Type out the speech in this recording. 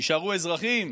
שיישארו אזרחים,